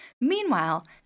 Meanwhile